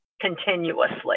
continuously